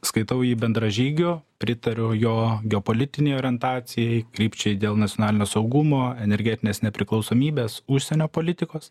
skaitau jį bendražygiu pritariu jo geopolitinei orientacijai krypčiai dėl nacionalinio saugumo energetinės nepriklausomybės užsienio politikos